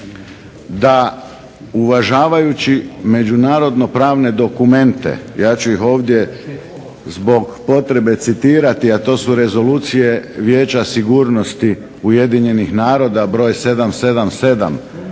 da uvažavajući međunarodno pravne dokumente, ja ću ih ovdje zbog potrebe citirati, a to su rezolucije Vijeća sigurnosti UN-a br. 777.